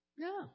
No